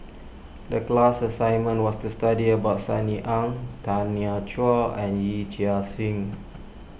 the class assignment was to study about Sunny Ang Tanya Chua and Yee Chia Hsing